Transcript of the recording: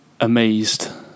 amazed